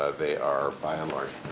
ah they are by and large